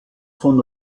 von